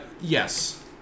Yes